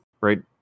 right